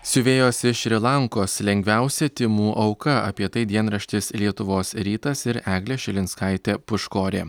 siuvėjos iš šri lankos lengviausia tymų auka apie tai dienraštis lietuvos rytas ir eglė šilinskaitė puškorė